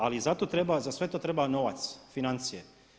Ali zato treba, za sve to treba novac, financije.